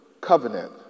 covenant